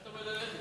היית אומר לה: לכי.